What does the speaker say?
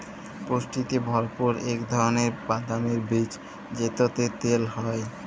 পুষ্টিতে ভরপুর ইক ধারালের বাদামের বীজ যেটতে তেল হ্যয়